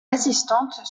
assistante